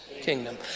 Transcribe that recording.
kingdom